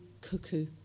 Cuckoo